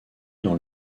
dans